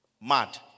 Mad